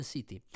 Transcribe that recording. City